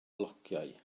flociau